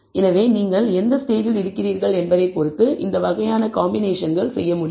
எனவே நீங்கள் எந்த ஸ்டேஜில் இருக்கிறீர்கள் என்பதைப் பொறுத்து இந்த வகையான காம்பினேஷன் செய்ய முடியும்